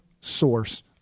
source